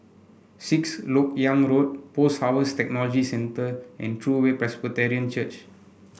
Sixth LoK Yang Road Post Harvest Technology Centre and True Way Presbyterian Church